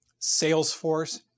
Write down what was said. Salesforce